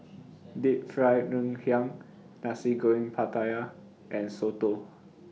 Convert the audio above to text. Deep Fried Ngoh Hiang Nasi Goreng Pattaya and Soto